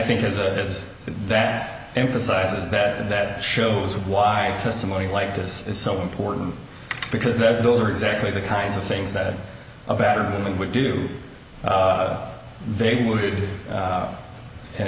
there's a is that emphasizes that that shows why testimony like this is so important because that those are exactly the kinds of things that a battered woman would do they would